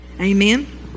Amen